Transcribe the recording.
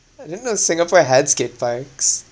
I didn't know singapore had skate parks